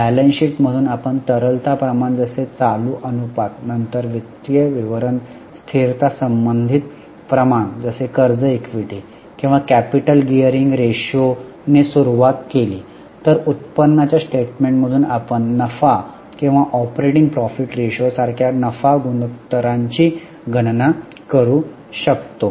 balance sheet मधून आपण तरलता प्रमाण जसे चालू अनुपात नंतर वित्तीय विवरण स्थिरता संबंधित प्रमाण जसे कर्ज इक्विटी किंवा कॅपिटल गियरिंग रेशो ने सुरुवात केली तर उत्पन्नाच्या स्टेटमेंटमधून आपण नफा किंवा ऑपरेटिंग प्रॉफिट रेशो सारख्या नफा गुणोत्तरांची गणना करू शकतो